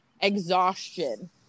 Exhaustion